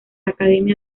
academia